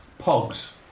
Pogs